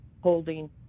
holding